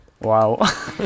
Wow